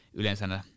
yleensä